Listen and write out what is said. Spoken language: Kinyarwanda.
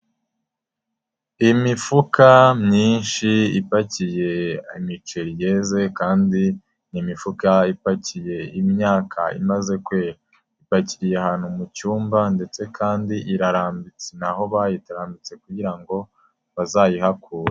Imifuka myinshi ipakiye imiceri yeze kandi ni imifuka ipakiye imyaka imaze kwera. Ipakiriye ahantu mu cyumba ndetse kandi irarambitse. Ni aho bayirambitse kugira ngo bazayihakure.